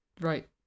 right